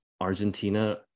Argentina